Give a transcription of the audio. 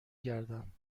گردم